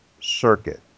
circuit